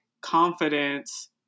confidence